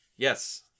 Yes